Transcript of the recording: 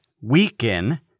weaken